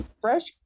fresh